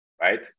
right